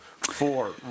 four